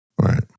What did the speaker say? Right